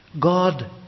God